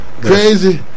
Crazy